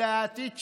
זה העתיד שלנו,